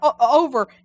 over